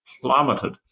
plummeted